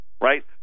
right